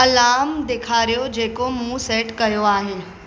alarm ॾेखारियो जेको मूं सेट कयो आहे